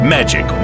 Magic